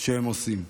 שהם עושים.